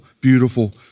beautiful